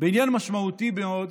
בעניין משמעותי מאוד,